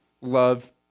love